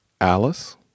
Alice